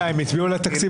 80% מהזמן אתה דיברת.